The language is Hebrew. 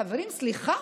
חברים, סליחה,